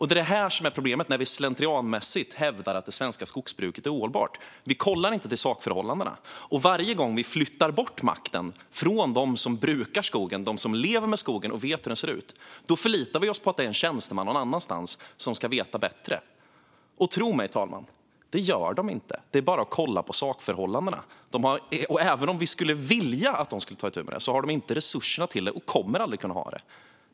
Det är detta som är problemet när vi slentrianmässigt hävdar att det svenska skogsbruket är ohållbart: Vi kollar inte på sakförhållandena. Varje gång vi flyttar bort makten från dem som brukar skogen - de som lever med skogen och vet hur den ser ut - förlitar vi oss på att det ska finnas en tjänsteman någon annanstans som vet bättre. Och tro mig, fru talman: Det gör det inte. Det är bara att kolla på sakförhållandena. Även om vi skulle vilja att tjänstemännen tog itu med detta har de inte resurserna till det och kommer aldrig att kunna ha det.